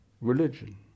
religion